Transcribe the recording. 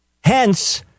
Hence